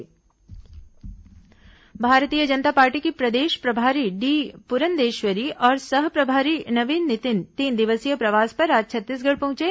भाजपा कांग्रेस बैठक भारतीय जनता पार्टी की प्रदेश प्रभारी डी पुरंदेश्वरी और सह प्रभारी नवीन नितिन तीन दिवसीय प्रवास पर आज छत्तीसगढ़ पहुंचे